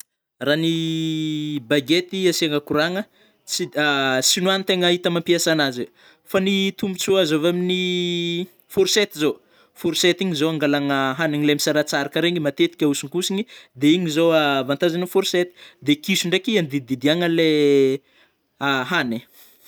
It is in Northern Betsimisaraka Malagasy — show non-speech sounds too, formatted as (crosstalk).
(hesitation) Ra ny (hesitation) bagety asiagna koragna, ts (hesitation) sinoa no tegna mapiasa azy io, fô ny tombotsoa azo avy aminy (hesitation) fourchette zao - fourchette igny zao angalagna (hesitation) hanigny le misaratsarka regny matetiky ahosonkosigny de igny zao a (hesitation) vantage gna forchette de kiso ndraiky andididiagna anle (hesitation) hagnina.